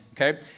Okay